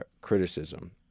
criticism